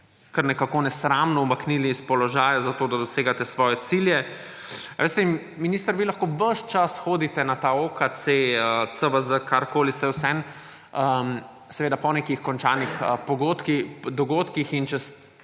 kar nekako nesramno umaknili s položaja, zato da dosegate svoje cilje. Ali veste, minister, vi lahko ves čas hodite na ta OKC, CVZ, karkoli, saj je vseeno, seveda po nekih končanih dogodkih in